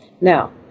Now